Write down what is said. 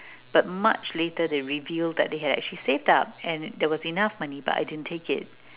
but much later they revealed that they had actually saved up and there was enough money but I didn't take it